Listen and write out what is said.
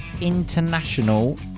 International